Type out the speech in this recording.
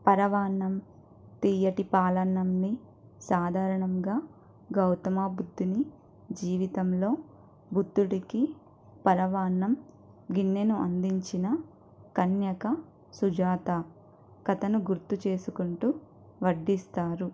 పరవాన్నం తియ్యటి పాలన్నంని సాధారణంగా గౌతమ బుద్ధుని జీవితంలో బుద్ధుడికి పరవాన్నం గిన్నెను అందించిన కన్యక సుజాత కథను గుర్తు చేసుకుంటూ వడ్డిస్తారు